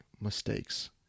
Mistakes